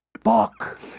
Fuck